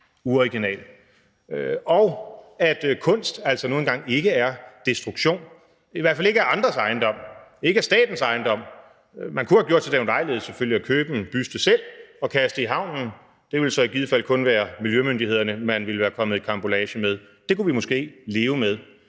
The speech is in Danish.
uoriginal. Og kunst er altså nu en gang ikke destruktion, i hvert fald ikke af andres ejendom, ikke af statens ejendom. Man kunne selvfølgelig have gjort sig den ulejlighed selv at købe en buste og kaste i havnen. Det ville i givet fald så kun være miljømyndighederne, man ville være kommet i karambolage med. Det kunne vi måske leve med,